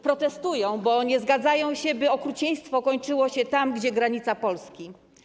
Protestują, bo nie zgadzają się, by okrucieństwo kończyło się tam, gdzie są granice Polski.